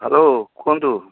hello କୁହନ୍ତୁ